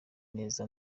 neza